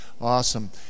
Awesome